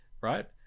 Right